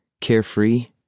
carefree